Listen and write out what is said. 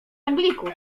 anglików